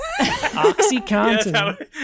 Oxycontin